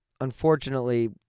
unfortunately